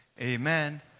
amen